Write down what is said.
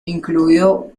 incluido